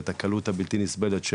את האפשרות הבלתי נסבלת את